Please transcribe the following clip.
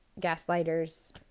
gaslighters